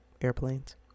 airplanes